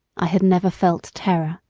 i had never felt terror